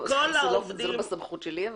כל העובדים --- זה לא בסמכות שלי.